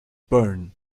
burn